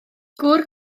gŵr